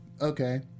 okay